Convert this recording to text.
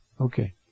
Okay